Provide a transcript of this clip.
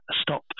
stop